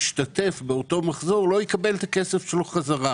השר רשאי להאריך את תקופת הכהונה של חבר המועצה